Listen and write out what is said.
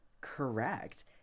correct